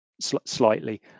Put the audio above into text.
slightly